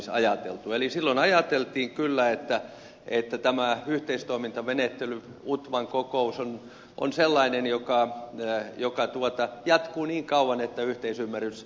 eli silloin ajateltiin kyllä että tämä yhteistoimintamenettely utvan kokous on sellainen joka jatkuu niin kauan että yhteisymmärrys syntyy